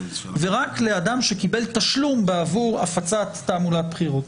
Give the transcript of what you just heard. ורק לאדם שקיבל תשלום בעבור הפצת תעמולת בחירות.